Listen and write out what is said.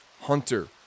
hunter